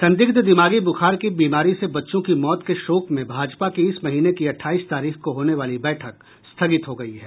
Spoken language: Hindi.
संदिग्ध दिमागी बूखार की बीमारी से बच्चों की मौत के शोक में भाजपा की इस महीने की अठाईस तारीख को होने वाली बैठक स्थगित हो गयी है